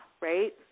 right